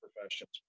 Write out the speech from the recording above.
professions